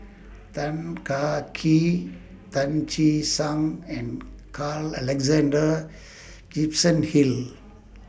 Tan Kah Kee Tan Che Sang and Carl Alexander Gibson Hill